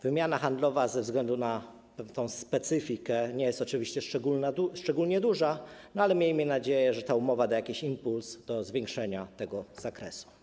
Wymiana handlowa ze względu na tę specyfikę nie jest oczywiście szczególnie duża, ale miejmy nadzieję, że ta umowa da jakiś impuls do zwiększenia tego zakresu.